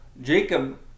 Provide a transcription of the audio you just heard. Jacob